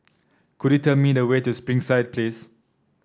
could you tell me the way to Springside Place